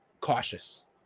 cautious